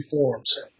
forms